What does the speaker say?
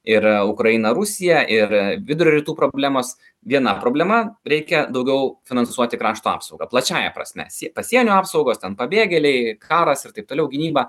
ir ukraina rusija ir vidurio rytų problemos viena problema reikia daugiau finansuoti krašto apsaugą plačiąja prasme si pasienio apsaugos ten pabėgėliai karas ir taip toliau gynyba